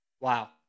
wow